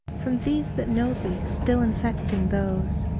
from these that know thee still infecting those.